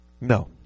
No